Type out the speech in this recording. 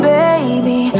baby